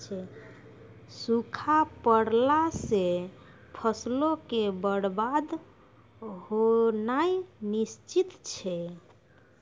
सूखा पड़ला से फसलो के बरबाद होनाय निश्चित छै